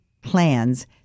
plans